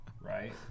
right